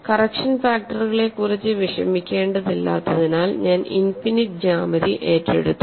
correction ഫാക്ടറുകളെക്കുറിച്ച് വിഷമിക്കേണ്ടതില്ലാത്തതിനാൽ ഞാൻ ഇനിഫിനിറ്റ് ജ്യാമിതി ഏറ്റെടുത്തു